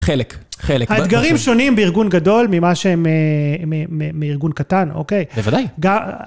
חלק, חלק. האתגרים שונים בארגון גדול, ממה שהם מארגון קטן, אוקיי. בוודאי.